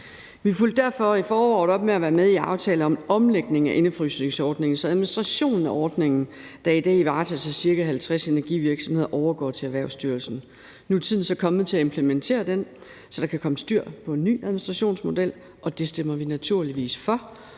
Vi fulgte derfor i foråret op med at være med i aftalen om omlægning af indefrysningsordningen, så administrationen af ordningen, der i dag varetages af ca. 50 energivirksomheder, overgår til Erhvervsstyrelsen. Nu er tiden så kommet til at implementere det, så der kan komme styr på en ny administrationsmodel. Det stemmer vi naturligvis for,